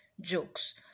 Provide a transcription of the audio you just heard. jokes